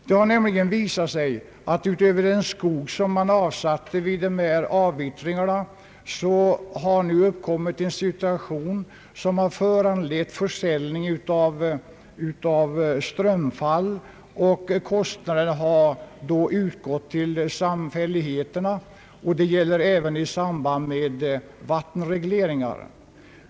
Det har nämligen visat sig att det utöver skog som avsatts för avyttring ägt rum försäljning av strömfall och att intäkterna härav då gått till samfälligheterna. Så har skett även i samband med vattenregleringar.